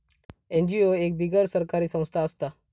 NGO एक बिगर सरकारी संस्था असता